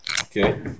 Okay